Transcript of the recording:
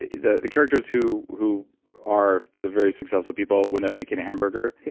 the the characters who who are the very successful people when they're making a hamburger,